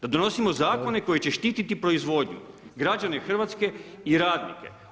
Da donosimo zakone koji će štititi proizvodnju, građane Hrvatske i radnike.